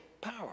power